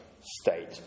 state